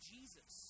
Jesus